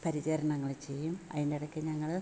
പരിചരണങ്ങൾ ചെയ്യും അതിൻ്റെ ഇടയ്ക്ക് ഞങ്ങൾ